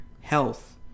health